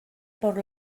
por